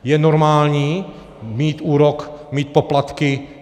Je normální mít úrok, mít poplatky?